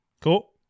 Cool